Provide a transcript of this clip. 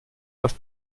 das